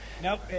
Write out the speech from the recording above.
Nope